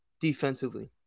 defensively